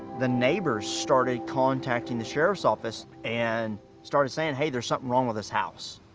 the neighbors started contacting the sheriff's office and started saying, hey, there's something wrong with this house.